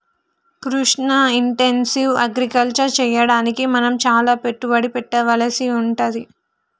Krishna intensive agriculture చెయ్యడానికి మనం చాల పెట్టుబడి పెట్టవలసి వుంటది